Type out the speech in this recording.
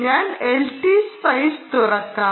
ഞാൻ LT spice തുറക്കാം